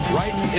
right